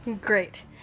Great